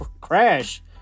crash